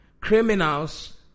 criminals